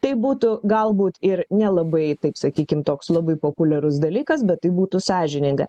tai būtų galbūt ir nelabai taip sakykim toks labai populiarus dalykas bet tai būtų sąžininga